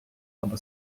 або